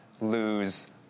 lose